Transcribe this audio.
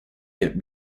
yet